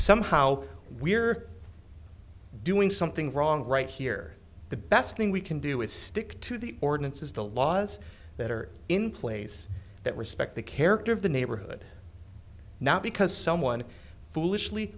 somehow we're doing something wrong right here the best thing we can do is stick to the ordinances the laws that are in place that respect the character of the neighborhood not because someone foolishly